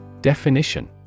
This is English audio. Definition